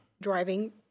Driving